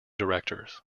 directors